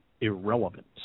irrelevant